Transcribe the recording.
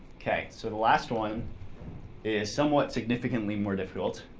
okay. so the last one is somewhat significantly more difficult.